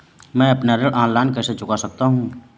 मैं अपना ऋण ऑनलाइन कैसे चुका सकता हूँ?